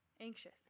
anxious